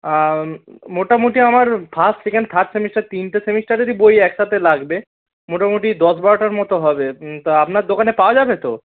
মোটামুটি আমার first second third semester তিনটে সেমিস্টারেরই বই একসাথে লাগবে মোটামুটি দশ বারোটার মতো হবে তা আপনার দোকানে পাওয়া যাবে তো